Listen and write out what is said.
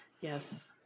yes